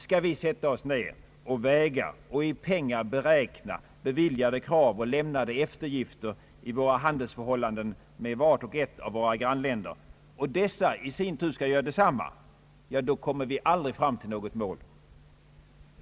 Skall vi sätta oss ned och väga och i pengar beräkna beviljade krav och gjorda eftergifter i våra handelsförhållanden med vart och ett av våra grannländer, och dessa i sin tur skall göra detsamma, kommer vi aldrig fram till något mål.